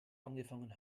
angefangen